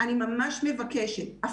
אני ממש מבקשת,